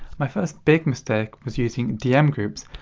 my first big mistake was using dm groups,